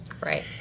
Right